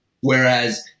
Whereas